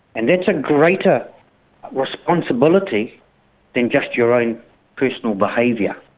and that's a greater responsibility than just your own personal behaviour.